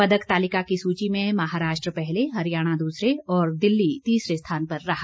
पदक तालिका की सूची में महाराष्ट्र पहले हरियाणा दूसरे और दिल्ली तीसरे स्थान पर रहा